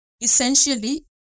Essentially